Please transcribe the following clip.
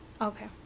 Okay